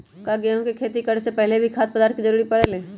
का गेहूं के खेती करे से पहले भी खाद्य पदार्थ के जरूरी परे ले?